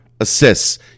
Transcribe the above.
assists